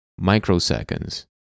microseconds